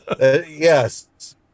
yes